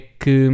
que